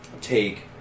take